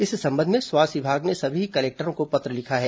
इस संबंध में स्वास्थ्य विभाग ने सभी कलेक्टरों को पत्र लिखा है